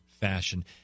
fashion